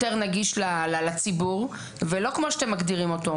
נגיש לציבור ולא כמו שאתם מגדירים אותו?